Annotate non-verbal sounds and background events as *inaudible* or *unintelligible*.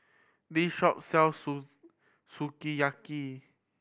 this shop sells *unintelligible* Sukiyaki